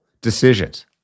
decisions